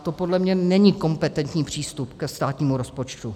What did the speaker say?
To podle mě není kompetentní přístup ke státnímu rozpočtu.